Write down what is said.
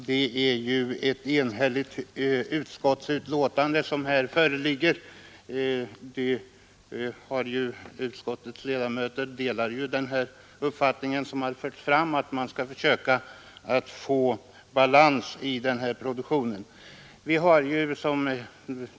Herr talman! Föreliggande utskottsbetänkande är enhälligt. Utskottets ledamöter delar den uppfattning som förts fram, nämligen att man skall försöka få balans i jordbruksproduktionen.